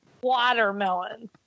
Watermelon